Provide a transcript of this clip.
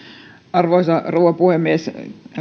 arvoisa rouva puhemies